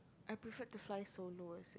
I prefer to fly solos as a